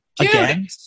Again